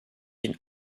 den